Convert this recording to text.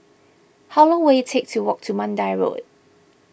how long will it take to walk to Mandai Road